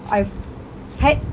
I've had